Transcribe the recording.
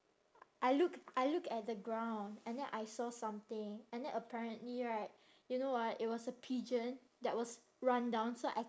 I look I look at the ground and then I saw something and then apparently right you know what it was a pigeon that was run down so I